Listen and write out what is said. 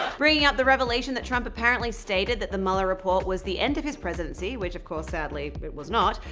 bringing up the revelation that trump apparently stated that the mueller report was the end of his presidency, which of course sadly it was not,